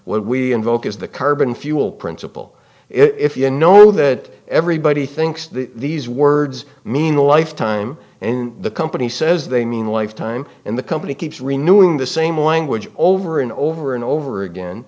what we invoke is the carbon fuel principle if you know that everybody thinks that these words mean a life time in the company says they mean life time in the company keeps renewing the same language over and over and over again